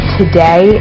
today